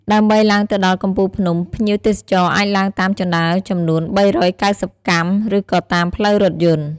ដើម្បីឡើងទៅដល់កំពូលភ្នំ ភ្ញៀវទេសចរអាចឡើងតាមជណ្ដើរចំនួន ៣៩០ កាំ ឬក៏តាមផ្លូវរថយន្ត។